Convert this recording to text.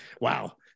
wow